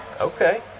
Okay